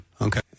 Okay